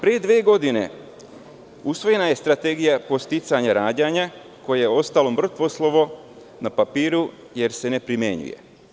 Pre dve godine usvojena je Strategija podsticanja rađanja koje je ostalo mrtvo slovo na papiru, jer se ne primenjuje.